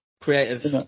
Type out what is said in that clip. creative